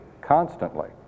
constantly